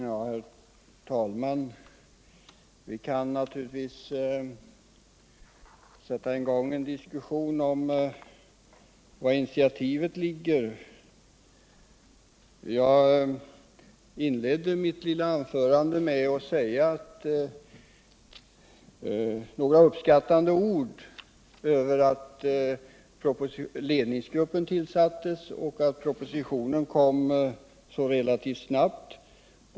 Herr talman! Vi kan naturligtvis sätta i gång en diskussion om var initiativet ligger. Jag inledde mitt anförande med några uppskattande ord över att ledningsgruppen tillsattes och att propositionen kom så relativt snabbt.